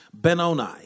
Benoni